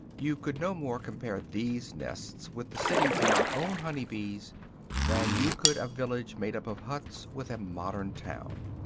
you could no more compare these nests with the cities of our own honey-bees than you could a village made up of huts with a modern town.